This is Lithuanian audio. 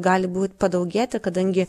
gali būt padaugėti kadangi